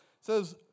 says